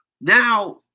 Now